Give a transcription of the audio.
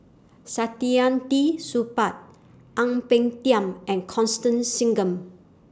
Saktiandi Supaat Ang Peng Tiam and Constance Singam